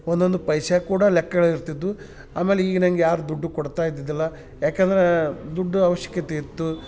ಒಂದೊಂದು ಪೈಸ್ಯಾ ಕೂಡ ಲೆಕ್ಕಗಳು ಇರ್ತಿದ್ದವು ಆಮೇಲೆ ಈಗಿನಂಗೆ ಯಾರೂ ದುಡ್ದು ಕೊಡ್ತಾ ಇದ್ದಿದ್ದಿಲ್ಲ ಯಾಕಂದ್ರೆ ದುಡ್ಡು ಅವಶ್ಯಕತೆ ಇತ್ತು